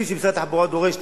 תקציב שמשרד התחבורה דורש